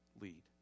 lead